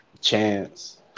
chance